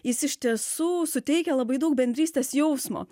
jis iš tiesų suteikia labai daug bendrystės jausmo